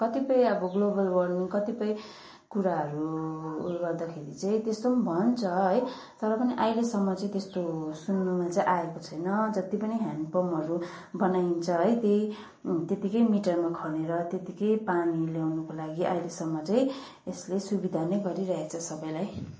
कतिपय अब global warming कतिपय कुराहरू उयो गर्दाखेरि चाहिँ त्यस्तो भन्छ है तर पनि अहिलेसम्म चाहिँ त्यस्तो सुन्नुमा चाहिँ आएको छैन जति पनि ह्यान्ड पम्पहरू बनाइन्छ है त्यही त्यत्तिकै मिटरमा खनेर त्यत्तिकै पानी ल्याउनुको लागि अहिलेसम्म चाहिँ यसले सुविधा नै गरिरहेको छ सबैलाई